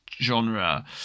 genre